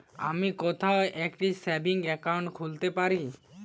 আমি কোথায় একটি সেভিংস অ্যাকাউন্ট খুলতে পারি?